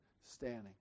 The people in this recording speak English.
standing